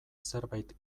zerbait